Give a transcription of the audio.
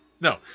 No